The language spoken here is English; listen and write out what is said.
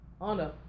Honor